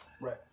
Right